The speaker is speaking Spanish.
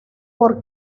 por